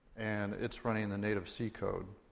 and it's running in the native c code.